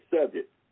subject